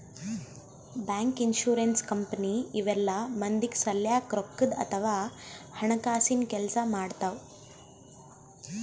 bank, insurance company ಇವೆಲ್ಲ ಮಂದಿಗ್ ಸಲ್ಯಾಕ್ ರೊಕ್ಕದ್ ಅಥವಾ ಹಣಕಾಸಿನ್ ಕೆಲ್ಸ್ ಮಾಡ್ತವ್